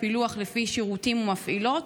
בפילוח לפי שירותים ומפעילות?